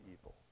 evil